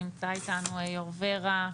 נמצא איתנו יו"ר ור"ה,